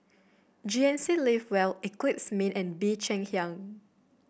G N C Live Well Eclipse Mean and Bee Cheng Hiang